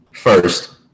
First